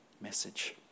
message